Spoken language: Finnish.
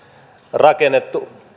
rakennettu